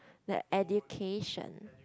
like education